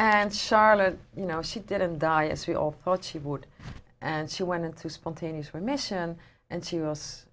and charlotte you know she didn't die as we all thought she would and she went into spontaneous remission and she was